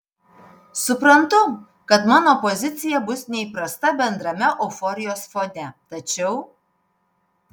suprantu kad mano pozicija bus neįprasta bendrame euforijos fone tačiau